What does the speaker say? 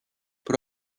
put